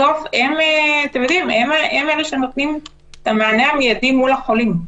בסוף הם אלו שנותנים את המענה המידי לחולים.